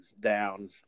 down